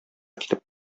китеп